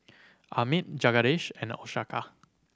Amit Jagadish and Ashoka